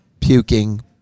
puking